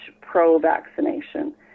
pro-vaccination